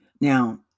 Now